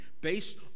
based